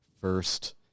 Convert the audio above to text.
first